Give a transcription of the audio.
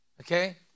okay